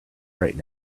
right